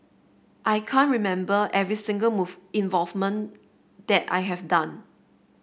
I can't remember every single move involvement that I have done